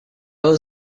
was